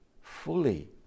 fully